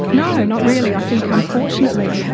no, not really. i think, unfortunately,